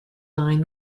line